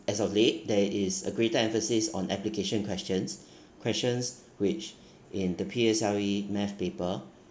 as of late there is a greater emphasis on application questions questions which in the P_S_L_E maths paper